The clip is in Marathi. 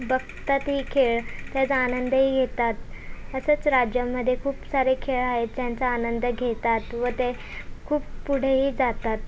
बघतातही खेळ त्याचा आनंदही घेतात असंच राज्यामध्ये खूप सारे खेळ आहेत त्यांचा आनंद घेतात व ते खूप पुढेही जातात